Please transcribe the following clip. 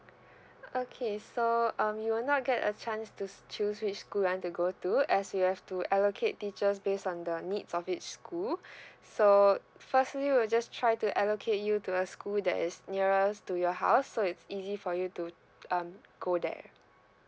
okay so um you will not get a chance to choose which school you want to go to as we have to allocate teachers based on the needs of each school so firstly we'll just try to allocate you to a school that is nearest to your house so it's easy for you to um go there